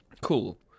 Cool